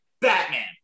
Batman